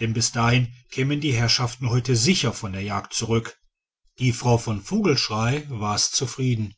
denn bis dahin kämen die herrschaften heute sicher von der jagd zurück die frau von vogelschrey war's zufrieden